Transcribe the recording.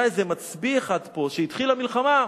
היה איזה מצביא אחד שכשהתחילה המלחמה,